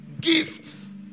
Gifts